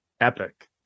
epic